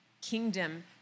Kingdom